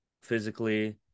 physically